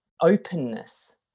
openness